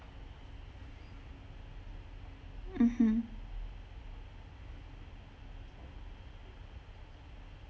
mmhmm